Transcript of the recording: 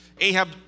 Ahab